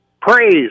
Praise